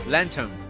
Lantern